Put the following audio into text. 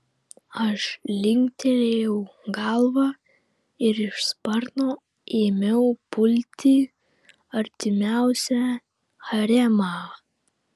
aš linktelėjau galvą ir iš sparno ėmiau pulti artimiausią haremą